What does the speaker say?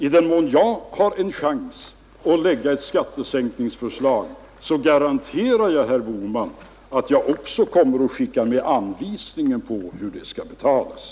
I den mån jag har en chans att lägga fram ett skattesänkningsförslag garanterar jag herr Bohman att jag också kommer att skicka med anvisningar på hur det skall betalas.